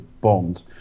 Bond